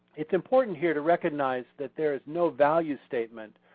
it's important here to recognize that there is no value statement,